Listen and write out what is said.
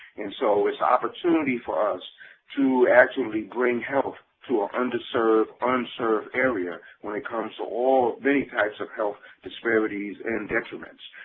and so it's an opportunity for us to actually bring health to an underserved, unserved area when it comes to all many types of health disabilities and detriments.